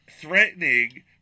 threatening